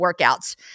workouts